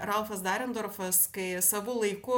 ralfas darendorfas kai savu laiku